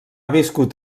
viscut